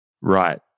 Right